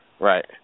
Right